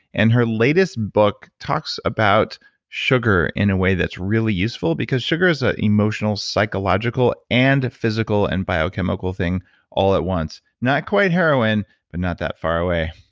and her latest book talks about sugar in a way that's really useful because sugar is an ah emotional, psychological, and physical and biochemical thing all at once. not quite heroin but not that far away.